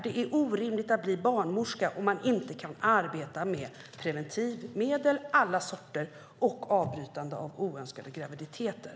Det är orimligt att bli barnmorska om man inte kan arbeta med alla sorters preventivmedel och avbrytande av oönskade graviditeter.